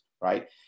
right